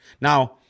Now